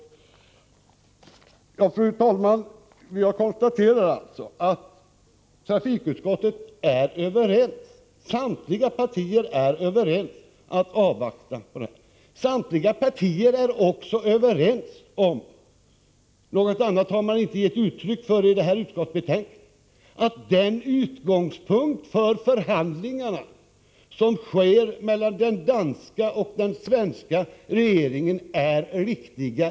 Fru talman! Vi har alltså konstaterat att trafikutskottet är enigt. Samtliga partier är överens om att avvakta. Samtliga partier är också överens om — något annat har man inte gett uttryck för i utskottsbetänkandet — att utgångspunkterna för förhandlingarna mellan den danska och den svenska regeringen är de riktiga.